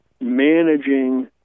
managing